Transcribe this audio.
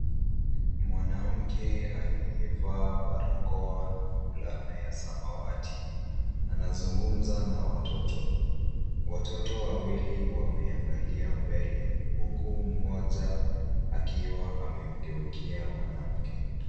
Mwanamke aliyevaa barakoa na fulani ya samawati anazugumza na watoto. Watoto wawili wameangalia mbele uku mmoja akiwa amemgeukia mwanamke.